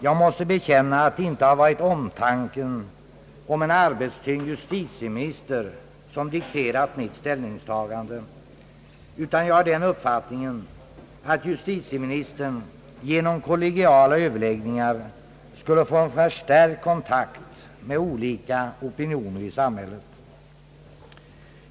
Jag måste bekänna att det inte har varit omtanken om en arbetstyngd justitieminister som dikterat mitt ställningstagande, utan jag är av den uppfattningen att justitieministern genom kollegiala överläggningar skulle få en förstärkt kontakt med olika opinioner i samhället.